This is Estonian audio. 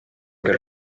küll